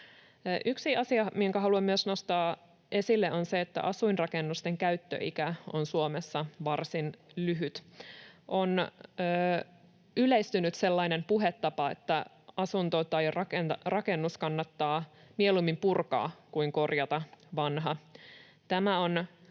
Yksi asia, minkä haluan myös nostaa esille, on se, että asuinrakennusten käyttöikä on Suomessa varsin lyhyt. On yleistynyt sellainen puhetapa, että asunto tai rakennus kannattaa mieluummin purkaa kuin korjata vanha. Tämä on